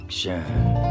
shine